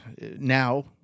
now